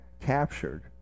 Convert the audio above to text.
captured